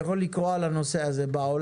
ואתה יכול לקרוא על זה בעולם,